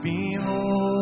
Behold